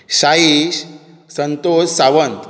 Saish Santosh Sawant